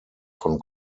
von